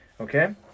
Okay